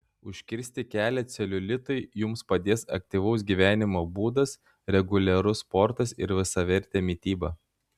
užkirsti kelią celiulitui jums padės aktyvus gyvenimo būdas reguliarus sportas ir visavertė mityba